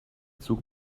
zug